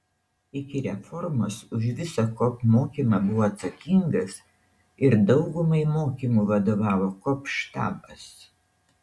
iki reformos už visą kop mokymą buvo atsakingas ir daugumai mokymų vadovavo kop štabas